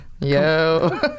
Yo